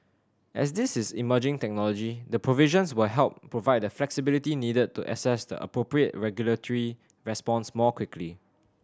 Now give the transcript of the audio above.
as this is emerging technology the provisions will help provide the flexibility needed to assess the appropriate regulatory response more quickly